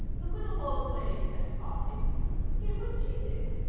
the little old lady said calmly he was cheating.